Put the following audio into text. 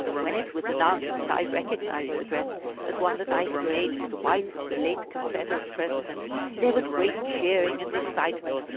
when it was announced that i recognized the dress as one that i had made for the wife of the late confederate president there was great cheering and excitement,